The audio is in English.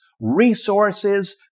resources